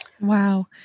wow